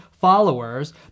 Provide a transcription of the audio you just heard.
followers